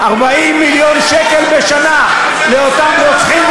40 מיליון שקל לשנה לאותם רוצחים,